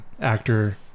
actor